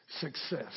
success